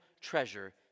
treasure